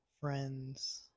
friends